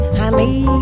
honey